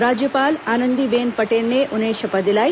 राज्यपाल आनंदीबेन पटेल ने उन्हें शपथ दिलाई